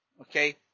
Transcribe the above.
Okay